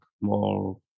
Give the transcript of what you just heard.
more